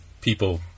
people